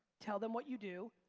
tell them what you do,